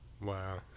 Wow